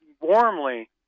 warmly